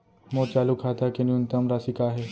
मोर चालू खाता के न्यूनतम राशि का हे?